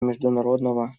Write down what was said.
международного